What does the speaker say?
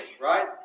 Right